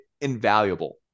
invaluable